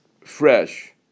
Fresh